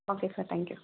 okay sir thank you